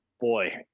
boy